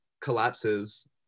collapses